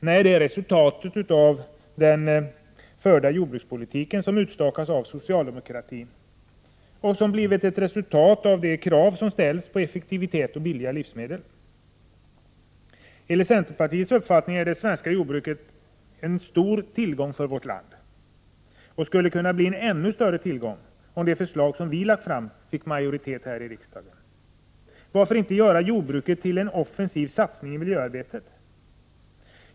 Nej, det är ett resultat av den förda jordbrukspolitiken som utstakats av socialdemokratin och som i sin tur har blivit ett resultat av de krav som ställts på effektivitet och billigare livsmedel. Enligt centerpartiets uppfattning är det svenska jordbruket en stor tillgång för vårt land, och det skulle kunna bli en ännu större tillgång om de förslag vi lagt fram fick majoritet här i riksdagen. Varför inte göra jordbruket till en offensiv satsning i miljöarbetet?